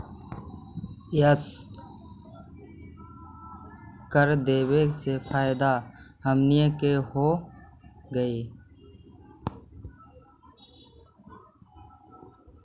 कर देबे से फैदा हमनीय के होब हई